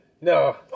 No